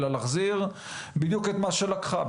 אלא להחזיר בדיוק את מה שלקחה,